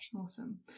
awesome